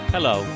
Hello